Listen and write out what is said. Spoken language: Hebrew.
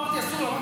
לא אמרתי אסור.